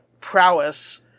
prowess